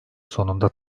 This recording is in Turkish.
sonunda